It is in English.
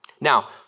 Now